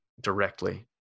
directly